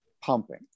pumping